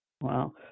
wow